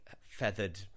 feathered